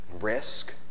risk